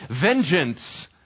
Vengeance